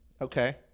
Okay